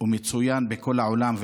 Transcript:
ומצוין בכל העולם.